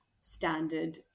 standard